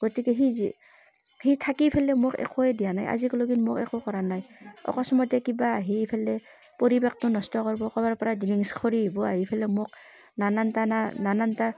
গতিকে সি যি সি থাকি পেলাই মোক একোৱেই দিয়া নাই আজিক লগিন মোক একো কৰা নাই অকস্মাতে কিবা আহি পেলাই পৰিৱেশটো নষ্ট কৰিব ক'বাৰ পৰাই ড্ৰিংক্স কৰি আহিব আহি পেলাই মোক নানান টা নানানটা